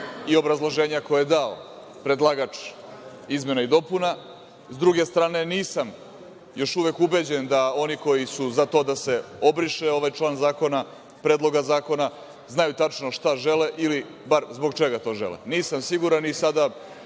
i obrazloženja koja je dao predlagač izmena i dopuna. S druge strane, nisam još uvek ubeđen da oni koji su za to da se obriše ovaj član Predloga zakona znaju tačno šta žele ili bar zbog čega to žele. Nisam siguran i sada